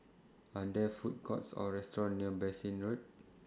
Are There Food Courts Or restaurants near Bassein Road